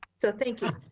so thank you.